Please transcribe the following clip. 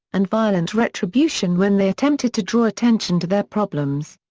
and violent retribution when they attempted to draw attention to their problems.